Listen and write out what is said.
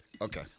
okay